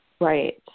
Right